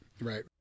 right